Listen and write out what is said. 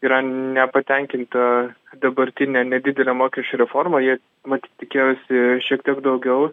yra nepatenkinta dabartine nedidele mokesčių reforma mat tikėjosi šiek tiek daugiau